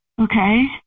Okay